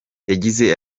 yagize